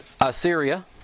Assyria